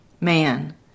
man